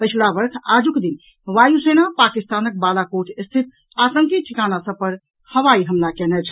पछिला वर्ष आजुक दिन वायुसेना पाकिस्तानक बालाकोट स्थित आतंकी ठिकाना पर हवाई हमला कयने छल